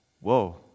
whoa